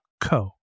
co